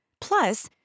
Plus